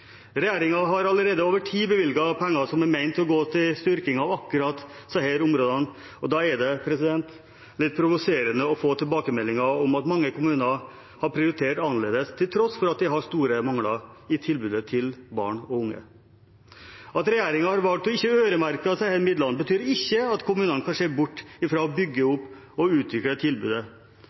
har allerede over tid bevilget penger som er ment å gå til styrking av akkurat disse områdene, og da er det litt provoserende å få tilbakemeldinger om at mange kommuner har prioritert annerledes, til tross for at de har store mangler i tilbudet til barn og unge. At regjeringen ikke har valgt å øremerke disse midlene, betyr ikke at kommunene kan se bort fra å bygge opp og utvikle tilbudet.